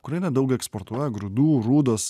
ukraina daug eksportuoja grūdų rūdos